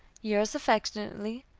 yours affectionately,